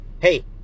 Hey